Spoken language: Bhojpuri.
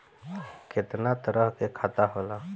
केतना तरह के खाता होला?